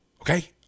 Okay